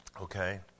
Okay